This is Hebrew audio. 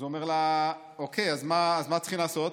אז הוא אומר לה: אוקיי, אז מה צריכים לעשות?